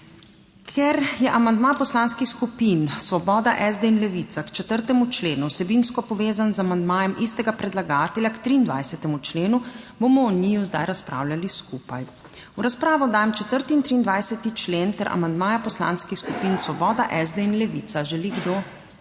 Ker je amandma poslanskih skupin Svoboda, SD in Levica k 4. členu vsebinsko povezan z amandmajem istega predlagatelja k 23. členu, bomo o njiju zdaj razpravljali skupaj. V razpravo dajem 4. in 23. člen ter amandma poslanskih skupin Svoboda, SD in Levica. Želi kdo razpravljati?